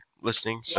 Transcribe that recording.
listening